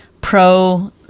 pro